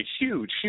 huge